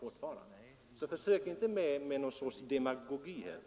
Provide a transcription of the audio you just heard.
I de avseendena lönar det sig inte att komma med några demagogiska grepp.